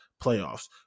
playoffs